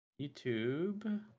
YouTube